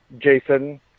Jason